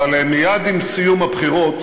אבל מייד עם סיום הבחירות